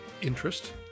interest